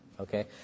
Okay